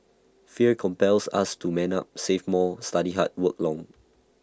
fear compels us to man up save more study hard work long